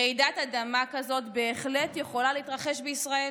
רעידת אדמה כזו בהחלט יכולה להתרחש בישראל.